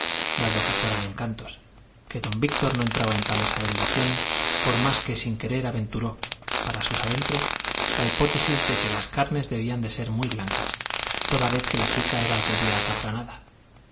dado que fueran encantos que don víctor no entraba en tales averiguaciones por más que sin querer aventuró para sus adentros la hipótesis de que las carnes debían de ser muy blancas toda vez que la chica era rubia azafranada con la